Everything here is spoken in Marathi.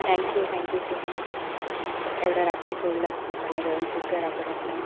थॅंक्यू थॅंक्यू सो मच एवढ्या रात्री सोडलंत तुम्ही मला व्यवस्थित घरापर्यंत